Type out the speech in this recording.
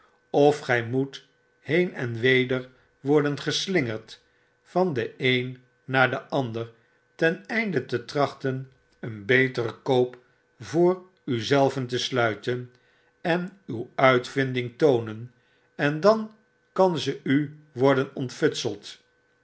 of gy moet heen en weder worden geslingerd van den een naar den ander ten einde te trachten een beteren koop voor u zelven te sluiten en uw uit vinding toonen en dan kan ze u worden ontfutseld